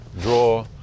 draw